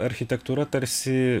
architektūra tarsi